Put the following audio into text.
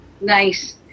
Nice